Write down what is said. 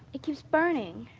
it keeps burning.